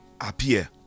appear